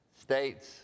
States